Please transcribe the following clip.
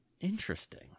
Interesting